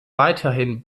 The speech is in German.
weiterhin